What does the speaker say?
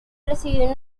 recibido